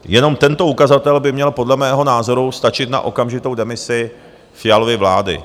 Jenom tento ukazatel by měl podle mého názoru stačit na okamžitou demisi Fialovy vlády.